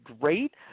great